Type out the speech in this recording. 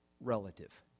relative